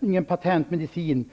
ingen patentmedicin.